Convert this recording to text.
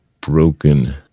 broken